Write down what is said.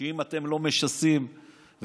שאם אתם לא משסים ומגדפים,